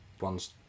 one's